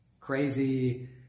crazy